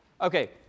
Okay